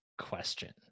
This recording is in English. question